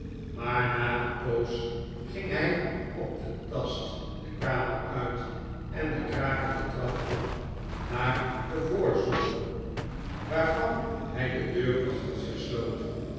maar na een poos ging hij op den tast de kamer uit en de krakende trap op naar den voorzolder waarvan hij de deur achter zich sloot